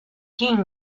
king